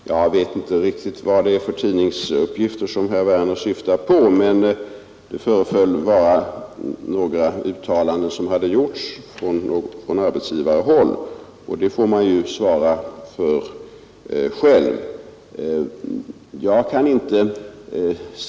Herr talman! Jag vet inte riktigt vad det är för tidningsuppgifter som herr Werner syftar på, men det föreföll vara några uttalanden som gjorts från arbetsgivarhåll, och dem får ju Arbetsgivareföreningen svara för själv.